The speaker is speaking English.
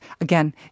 again